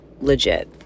Legit